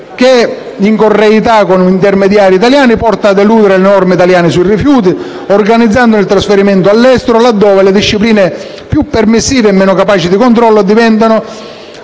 con la correità di intermediari italiani, che porta ad eludere le norme italiane sui rifiuti, organizzandone il trasferimento all'estero, laddove discipline più permissive o meno capaci di controllo diventano